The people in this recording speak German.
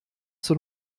zur